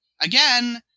Again